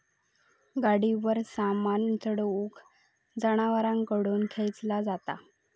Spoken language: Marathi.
गाडीवर सामान चढवून जनावरांकडून खेंचला जाता